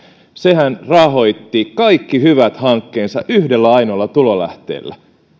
sehän rahoitti kaikki hyvät hankkeensa yhdellä ainoalla tulonlähteellä